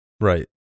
Right